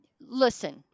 listen